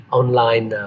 online